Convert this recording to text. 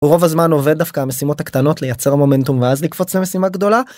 ורוב הזמן עובד דווקא המשימות הקטנות לייצר מומנטום ואז לקפוץ למשימה גדולה.